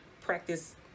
practice